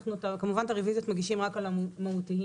אנחנו כמובן את הרוויזיות מגישים רק על המהותיים.